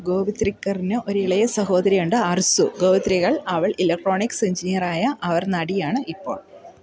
ഗോവിത്രിക്കറിന് ഒരു ഇളയ സഹോദരിയുണ്ട് അർസൂ ഗോവിത്രികർ അവൾ ഇലക്ട്രോണിക്സ് എഞ്ചിനീയറായ അവർ നടിയാണ് ഇപ്പോൾ